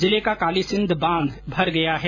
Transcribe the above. जिले का कालीसिंध बांधे भर गया है